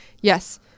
Yes